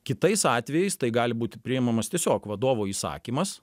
kitais atvejais tai gali būti priimamas tiesiog vadovo įsakymas